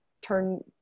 turn